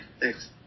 Thanks